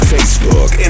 Facebook